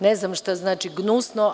Ne znam šta znači gnusno.